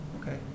Okay